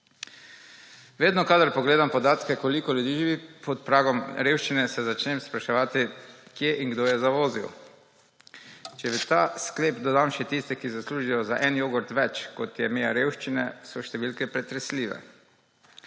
Vedno, kadar pogledam podatke, koliko ljudi živi pod pragom revščine, se začnem spraševati, kje in kdo je zavozil. Če v ta sklep dodam še tiste, ki zaslužijo za en jogurt več, kot je meja revščine, so številke pretresljive.